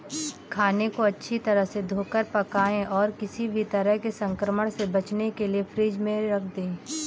खाने को अच्छी तरह से धोकर पकाएं और किसी भी तरह के संक्रमण से बचने के लिए फ्रिज में रख दें